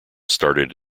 started